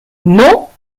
non